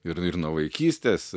ir ir nuo vaikystės